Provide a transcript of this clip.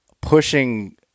pushing